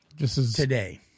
Today